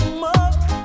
more